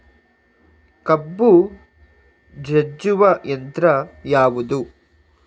ಕಬ್ಬು ಜಜ್ಜುವ ಯಂತ್ರ ಯಾವುದು?